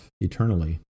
eternally